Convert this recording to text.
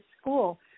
school